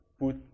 put